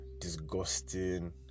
disgusting